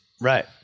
Right